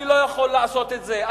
אני לא יכול לעשות את זה,